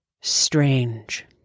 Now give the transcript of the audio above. strange